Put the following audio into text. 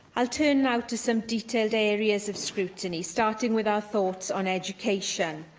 i'll turn now to some detailed areas of scrutiny, starting with our thoughts on education.